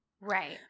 Right